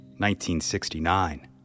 1969